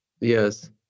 Yes